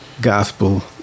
gospel